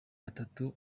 batatu